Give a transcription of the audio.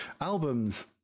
Albums